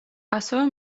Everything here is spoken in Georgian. ასევე